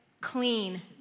clean